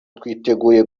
twiteguye